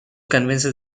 convinced